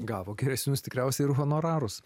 gavo geresnius tikriausiai ir honorarus